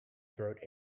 throat